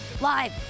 live